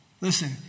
Listen